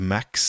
Max